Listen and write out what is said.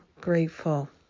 grateful